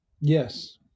yes